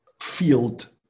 field